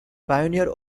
pioneer